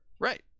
Right